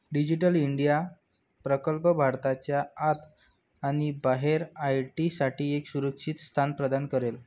digital India प्रकल्प भारताच्या आत आणि बाहेर आय.टी साठी एक सुरक्षित स्थान प्रदान करेल